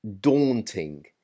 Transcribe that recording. daunting